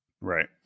Right